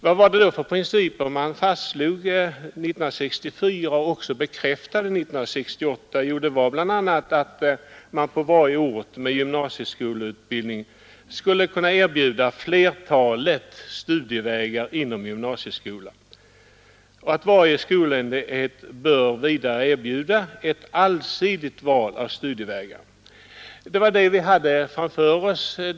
Vilka principer fastslogs då 1964 och bekräftades 1968? Jo, det var bl.a. att man på varje ort med gymnasieutbildning skulle kunna erbjuda ett flertal studievägar inom gymnasieskolan och att varje skolenhet bör kunna erbjuda ett allsidigt val av studievägar. Det var den situationen vi hade framför oss.